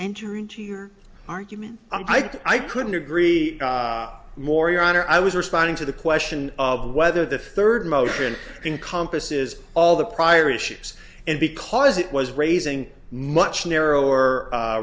enter into your argument i'm like i couldn't agree more your honor i was responding to the question of whether the third motion encompasses all the prior issues and because it was raising much narrower